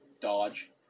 Dodge